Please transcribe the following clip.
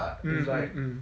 mm mm mm